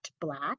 Black